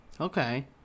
Okay